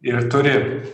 ir turi